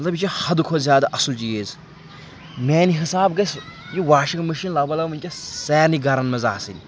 مطلب یہِ چھِ حَدٕ کھۄتہٕ زیادٕ اَصٕل چیٖز میٛانہِ حِساب گژھِ یہِ واشِنٛگ مٔشیٖن وٕنۍکٮ۪س سارنٕے گَرَن منٛز آسٕنۍ